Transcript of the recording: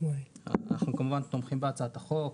אנחנו כמובן תומכים בהצעת החוק.